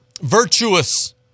virtuous